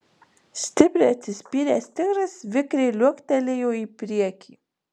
stipriai atsispyręs tigras vikriai liuoktelėjo į priekį